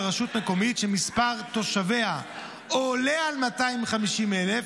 לרשות מקומית שמספר תושביה עולה על 250,000,